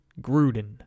Gruden